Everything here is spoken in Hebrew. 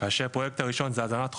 כאשר הפרויקט הראשון זה הזנת חופים,